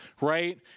Right